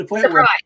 Surprise